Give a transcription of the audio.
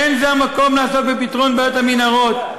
אין זה המקום לעסוק בפתרון בעיית המנהרות,